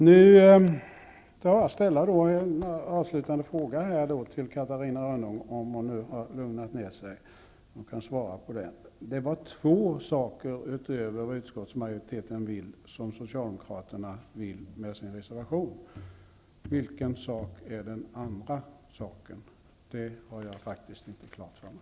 Nu skall jag ställa en avslutande fråga till Catarina Rönnung och hoppas att hon har lugnat ner sig så att hon kan svara på den. Det var två saker utöver vad utskottsmajoriteten vill som Vilken är den andra saken? Det har jag faktiskt inte klart för mig.